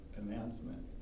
announcement